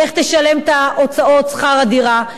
איך תשלם את הוצאות שכר הדירה?